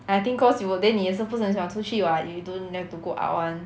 I think cause you were then 你也是不是很喜欢出去 [what] you don't like to go out [one]